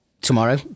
Tomorrow